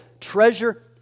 treasure